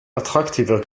attraktiver